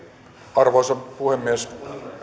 arvoisa puhemies